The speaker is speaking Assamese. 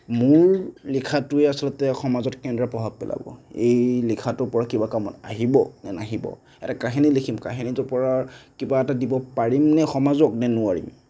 মোৰ লিখাটোৱে আচলতে সমাজত কেনেদৰে প্ৰভাৱ পেলাব এই লিখাটোৰ পৰা কিবা কামত আহিব নে নাহিব এটা কাহিনী লিখিম কাহিনীটোৰ পৰা কিবা এটা দিব পাৰিমনে সমাজক নে নোৱাৰিম